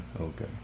Okay